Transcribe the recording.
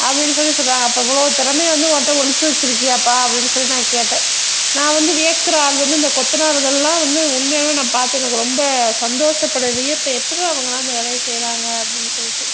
அப்படின்னு சொல்லி சொல்கிறாங்க அப்போ இவ்வளோ திறமையை வந்து உன்ட்ட ஒளித்து வச்சுருக்கியாப்பா அப்படின்னு சொல்லி நான் கேட்டேன் நான் வந்து வியக்கிற ஆள் வந்து இந்த கொத்தனாருங்கள்லாம் வந்து உண்மையாகவே நான் பார்த்து எனக்கு ரொம்ப சந்தோஷப்பட வியப்பேன் எப்பிட்றா இவங்கள்லாம் இந்த வேலைய செய்கிறாங்க அப்படின்னு சொல்லிட்டு